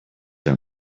are